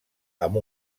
amb